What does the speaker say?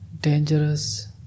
dangerous